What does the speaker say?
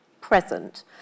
present